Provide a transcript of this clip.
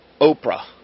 Oprah